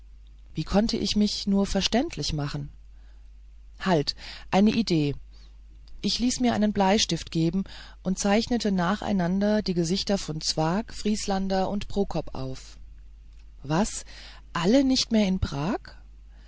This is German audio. wie konnte ich mich nur verständlich machen halt eine idee ich ließ mir einen bleistift geben und zeichnete nacheinander die gesichter von zwakh vrieslander und prokop auf was alle nicht mehr in prag